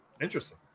Interesting